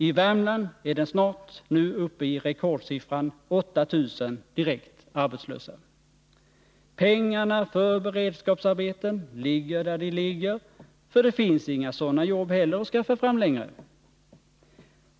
I Värmland är den nu snart uppe i rekordsiffran 8 000 - direkt arbetslösa. Pengarna för beredskapsarbeten ligger där de ligger, för det finns inga sådana jobb heller att skaffa fram längre.